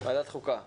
לזכויות הילד.